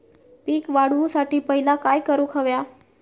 पीक वाढवुसाठी पहिला काय करूक हव्या?